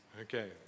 Okay